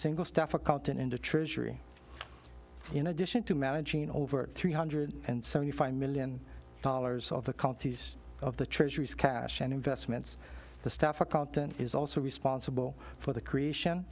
single staff accountant into treasury in addition to managing over three hundred and seventy five million dollars of the counties of the treasury's cash and investments the staff accountant is also responsible for the creation